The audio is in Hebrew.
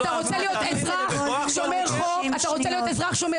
זה נראה לכם סביר?